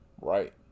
Right